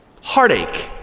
heartache